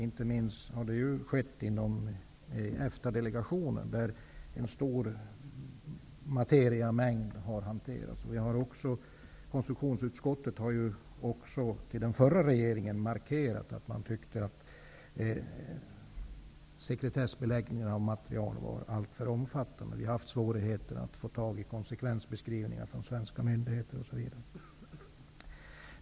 Det har skett inte minst inom EFTA-delegationen, där en stor mängd materia har hanterats. Konstitutionsutskottet har också för den förra regeringen markerat att man ansåg att sekretessbeläggningen av material var alltför omfattande. Vi har haft svårigheter att få tag i konsekvensbeskrivningar från svenska myndigheter, osv.